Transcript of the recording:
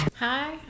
Hi